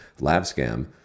Labscam